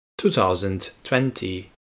2020